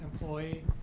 employee